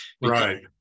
right